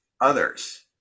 others